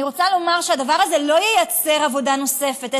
אני רוצה לומר שהדבר הזה לא ייצר עבודה נוספת,